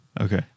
okay